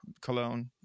cologne